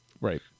right